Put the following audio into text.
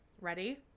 Ready